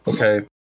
okay